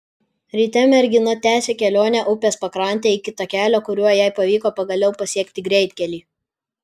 ryte mergina tęsė kelionę upės pakrante iki takelio kuriuo jai pavyko pagaliau pasiekti greitkelį